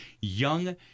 Young